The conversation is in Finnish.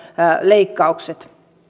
leikkaukset